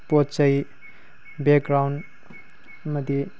ꯄꯣꯠ ꯆꯩ ꯕꯦꯛꯒ꯭ꯔꯥꯎꯟ ꯑꯃꯗꯤ